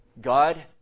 God